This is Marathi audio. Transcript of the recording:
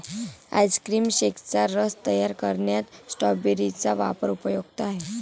आईस्क्रीम शेकचा रस तयार करण्यात स्ट्रॉबेरी चा वापर उपयुक्त आहे